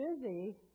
busy